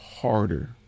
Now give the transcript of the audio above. harder